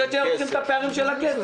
מצד שני, אנחנו צריכים את הפערים של הכסף.